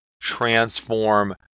transform